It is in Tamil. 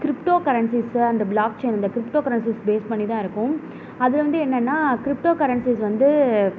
கிரிப்டோ கரன்சிஸ்சு அந்த ப்ளாக் செயின் அந்த கிரிப்டோ கரன்சிஸ் பேஸ் பண்ணிதான் இருக்கும் அது வந்து என்னன்னால் கிரிப்டோ கரன்சிஸ் வந்து